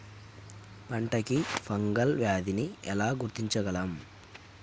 పంట కి ఫంగల్ వ్యాధి ని ఎలా గుర్తించగలం?